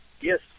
Yes